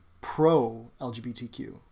pro-LGBTQ